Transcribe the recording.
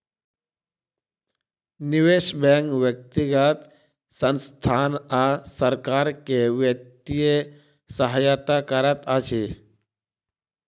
निवेश बैंक व्यक्तिगत संसथान आ सरकार के वित्तीय सहायता करैत अछि